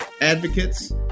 advocates